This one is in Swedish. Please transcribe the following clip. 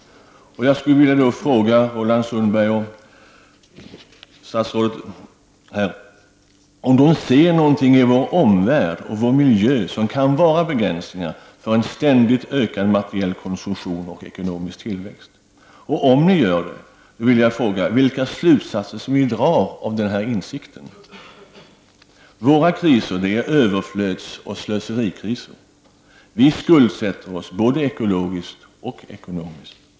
Jag vill nu fråga Roland Sundgren och statsrådet om de ser någonting i vår omvärld och vår miljö som kan vara begränsningar för en ständigt ökad materiell konsumtion och ekonomisk tillväxt. Om ni gör det, vill jag fråga, vilka slutsatser ni drar av denna insikt. Våra kriser är överflödsoch slöserikriser. Vi skuldsätter oss både ekologiskt och ekonomiskt.